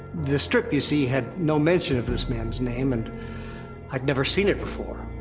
the strip, you see, had no mention of this man's name, and i'd never seen it before.